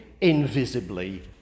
invisibly